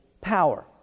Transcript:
power